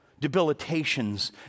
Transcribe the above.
debilitations